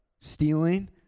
stealing